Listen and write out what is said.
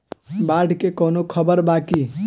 बाढ़ के कवनों खबर बा की?